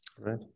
Right